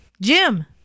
Jim